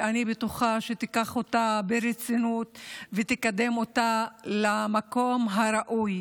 ואני בטוחה שתיקח אותה ברצינות ותקדם אותה למקום הראוי.